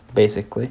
basically